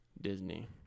Disney